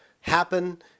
happen